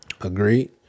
Agreed